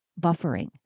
buffering